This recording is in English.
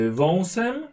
wąsem